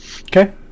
Okay